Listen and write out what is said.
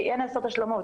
כי אין לעשות השלמות.